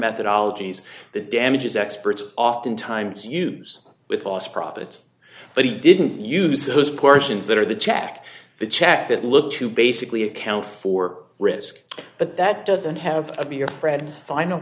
methodologies the damages experts oftentimes use with loss profit but he didn't use those portions that are the check the check that look to basically account for risk but that doesn't have to be your pred final